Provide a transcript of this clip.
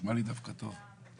נשמע לי דווקא טוב.